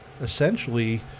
essentially